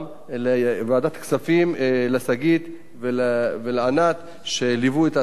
לוועדת הכספים, לשגית ולענת, שליוו את הצעת החוק.